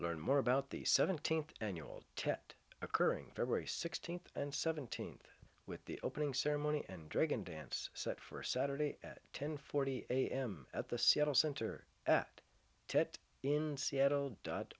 learn more about the seventeenth annual tet occurring february sixteenth and seventeenth with the opening ceremony and dragon dance set for saturday at ten forty am at the seattle center at tet in seattle dot